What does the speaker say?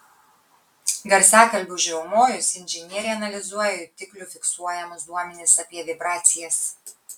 garsiakalbiui užriaumojus inžinieriai analizuoja jutiklių fiksuojamus duomenis apie vibracijas